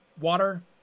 water